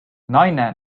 naine